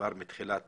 שכבר מתחילת